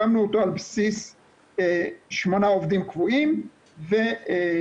הקמנו אותו על בסיס 8 עובדים קבועים וסטודנטים.